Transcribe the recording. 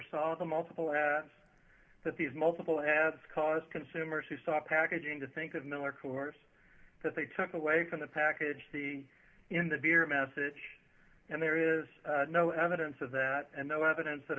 the multiple that these multiple ads cause consumers who saw the packaging to think of miller course that they took away from the package the in the beer message and there is no evidence of that and no evidence that a